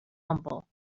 humble